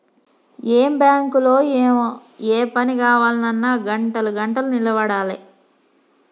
ఏం బాంకులో ఏమో, ఏ పని గావాల్నన్నా గంటలు గంటలు నిలవడాలె